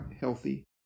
healthy